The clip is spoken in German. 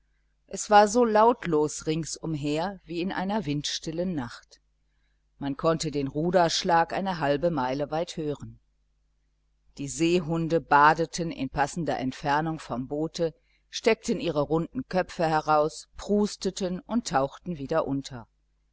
es war so lautlos ringsumher wie in einer windstillen nacht man konnte den ruderschlag eine halbe meile weit hören die seehunde badeten in passender entfernung vom boote steckten ihre runden köpfe heraus prusteten und tauchten wieder unter